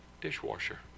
dishwasher